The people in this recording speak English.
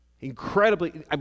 Incredibly